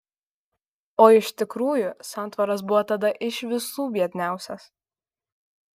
o iš tikrųjų santvaras buvo tada iš visų biedniausias